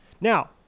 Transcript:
Now